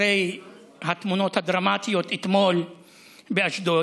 אחרי התמונות הדרמטיות אתמול באשדוד